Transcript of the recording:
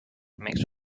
makes